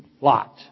Lot